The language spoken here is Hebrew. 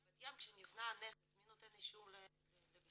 כשנבנה הנכס, מי נותן אישור לבניה?